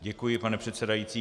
Děkuji, pane předsedající.